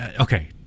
okay